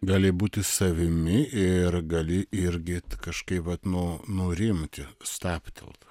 gali būti savimi ir gali irgi kažkaip vat nu nurimti stabtelt